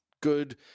good